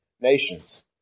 nations